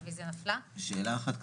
הצבעה לא אושרה.